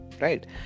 Right